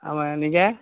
ஆமாங்க நீங்கள்